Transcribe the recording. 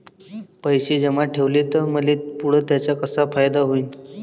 पैसे जमा ठेवले त मले पुढं त्याचा कसा फायदा होईन?